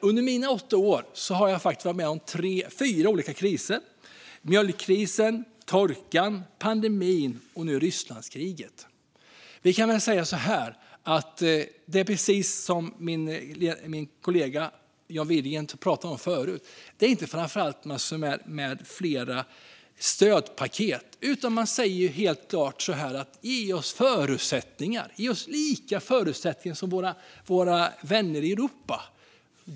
Under mina åtta år i riksdagen har jag varit med om fyra olika kriser: mjölkkrisen, torkan, pandemin och nu Rysslandskriget. Det är precis som min kollega John Widegren pratade om förut: Det handlar inte framför allt om en massa fler stödpaket. Vad man helt klart säger är: Ge oss förutsättningar! Ge oss samma förutsättningar som våra vänner i Europa!